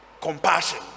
compassion